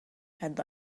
had